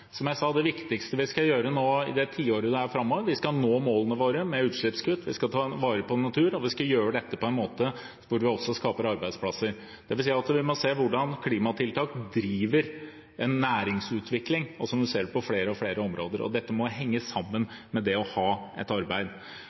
Som jeg sa: Det viktigste nå, i det tiåret som er foran oss, er at vi skal nå målene våre for utslippskutt, vi skal ta vare på naturen, og vi skal gjøre dette på en måte som gjør at vi også skaper arbeidsplasser. Det vil si at vi må se på hvordan klimatiltak driver en næringsutvikling, som man ser på flere og flere områder, og dette må henge sammen med det å ha et arbeid.